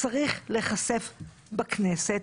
צריך להיחשף בכנסת,